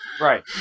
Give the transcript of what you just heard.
Right